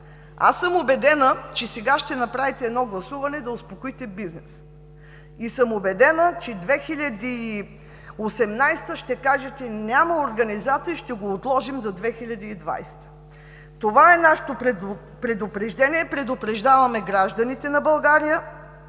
съм, че сега ще направите гласуване – да успокоите бизнеса. И съм убедена, че 2018 г. ще кажете: „Няма организация – ще го отложим за 2020“. Това е нашето предупреждение – предупреждаваме гражданите на България,